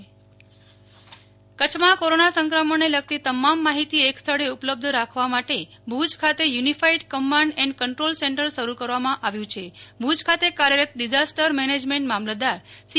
Nehal Thakkar Bhuj control સેન્ટરબાઈટ કચ્છ માં corona સંક્રમણને લગતી તમામ માહિતી એક સ્થળે ઉપલબ્ધ રાખવા માટે ભુજ ખાતે unified command and control centre શરૂ કરવા માં આવ્યું છે ભુજ ખાતે કાર્યરત ડિઝાસ્ટર મેનેજમેન્ટ મામલતદાર સી